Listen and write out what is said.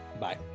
Bye